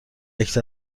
عکس